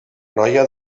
noia